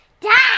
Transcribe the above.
Dad